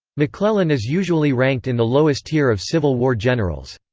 mcclellan is usually ranked in the lowest tier of civil war generals.